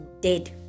dead